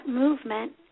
movement